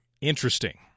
Interesting